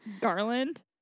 Garland